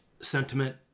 sentiment